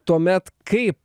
tuomet kaip